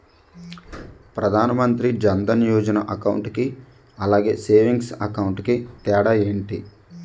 ప్రధాన్ మంత్రి జన్ దన్ యోజన అకౌంట్ కి అలాగే సేవింగ్స్ అకౌంట్ కి తేడా ఏంటి?